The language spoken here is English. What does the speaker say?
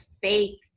faith